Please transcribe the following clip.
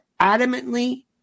adamantly